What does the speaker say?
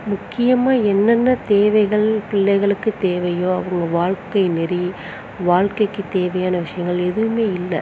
முக்கியமாக என்னென்ன தேவைகள் பிள்ளைகளுக்கு தேவையோ அவங்க வாழ்க்கை நெறி வாழ்க்கைக்கு தேவையான விஷயங்கள் எதுவும் இல்லை